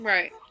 Right